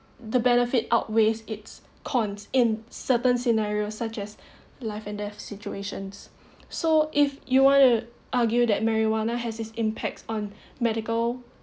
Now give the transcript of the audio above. the benefits outweigh its cons in certain scenarios such as life and death situations so if you want to argue that marijuana has its impact on medical